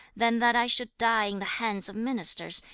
than that i should die in the hands of ministers,